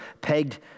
pegged